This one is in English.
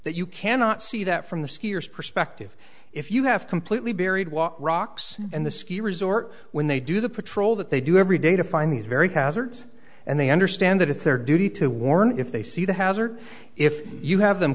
that you cannot see that from the skiers perspective if you have completely buried walk rocks and the ski resort when they do the patrol that they do every day to find these very hazards and they understand that it's their duty to warn if they see the hazard if you have them